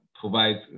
provides